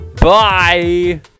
Bye